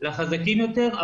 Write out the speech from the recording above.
לחזקים יותר.